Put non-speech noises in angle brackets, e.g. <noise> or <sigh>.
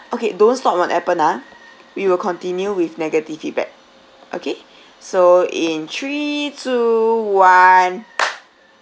okay don't stop on Appen ah we will continue with negative feedback okay so in three two one <noise>